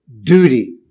duty